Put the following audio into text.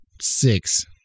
six